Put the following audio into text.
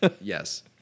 yes